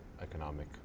economic